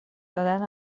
دادن